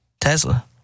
Tesla